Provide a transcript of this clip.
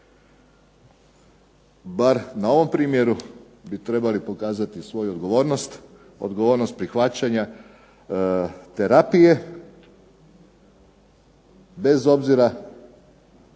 bar na ovom primjeru bi trebali pokazati svoju odgovornost, odgovornost prihvaćanja terapije, bez obzira